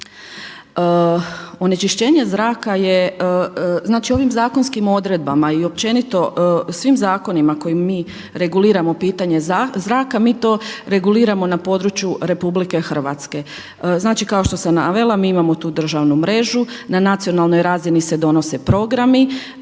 onečišćenju zraka. Znači ovim zakonskim odredbama i općenito svim zakonima kojima mi reguliramo pitanje zraka, mi to reguliramo na području RH. Znači kao što sam navela, mi imamo tu državnu mrežu na nacionalnoj razini se donose programi